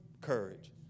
Courage